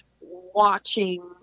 watching